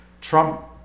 Trump